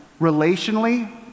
relationally